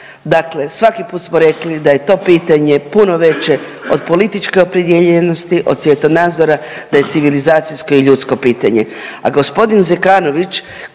Dakle, svaki put smo rekli da je to pitanje puno veće od političke opredijeljenosti, od svjetonazora da je civilizacijsko i ljudsko pitanje. A g. Zekanović